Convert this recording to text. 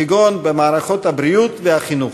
כגון במערכות הבריאות והחינוך.